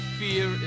fear